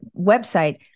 website